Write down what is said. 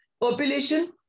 population